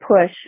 push